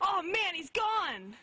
oh man he's gon